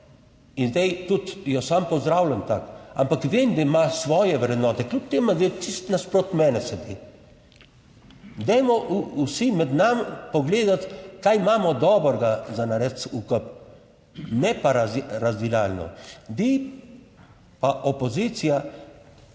in zdaj tudi jo sam pozdravljam tako. Ampak vem, da ima svoje vrednote, kljub temu, da je čisto nasproti mene sedi. Dajmo vsi med nami pogledati kaj imamo dobrega za narediti v kup, ne pa razdiralno. Vi, pa opozicija